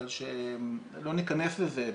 לא ניכנס לזה,